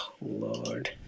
Lord